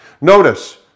Notice